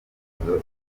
ibikorwa